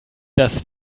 dass